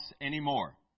anymore